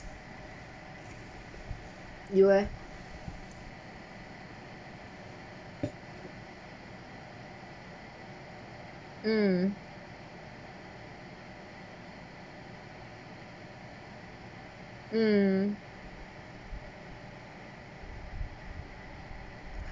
you eh mm mm